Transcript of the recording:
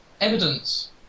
Evidence